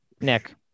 Nick